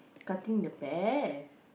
cutting the pear